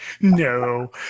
no